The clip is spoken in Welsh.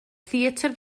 theatr